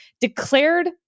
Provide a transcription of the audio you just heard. declared